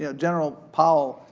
yeah general powell,